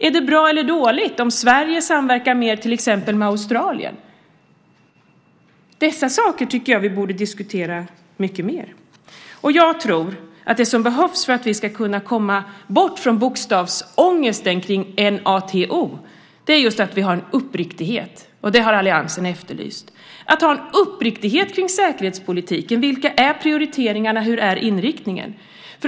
Är det bra eller dåligt om Sverige samverkar mer med exempelvis Australien? Dessa saker tycker jag att vi borde diskutera mycket mer. Jag tror att det som behövs för att vi ska komma bort från bokstavsångesten kring n-a-t-o är just en uppriktighet kring säkerhetspolitiken. Det har alliansen efterlyst. Vilka är prioriteringarna? Hur är inriktningen?